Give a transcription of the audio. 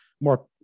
more